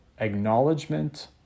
acknowledgement